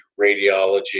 radiology